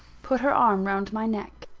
put her arm round my neck.